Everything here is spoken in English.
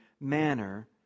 manner